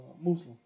Muslim